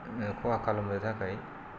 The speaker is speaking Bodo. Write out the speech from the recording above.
खहा खालामनो थाखाय